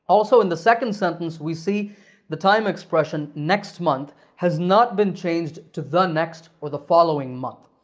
also, in the second sentence, we see the time expression next month has not been changed to the next or the following month.